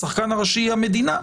השחקן הראשי היא המדינה.